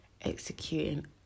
executing